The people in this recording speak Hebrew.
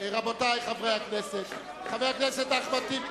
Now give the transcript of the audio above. רבותי חברי הכנסת, חבר הכנסת אחמד טיבי,